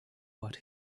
what